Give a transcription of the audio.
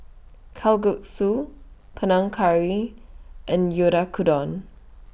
Kalguksu Panang Curry and Oyakodon